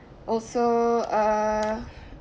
also err